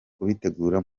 kubitegura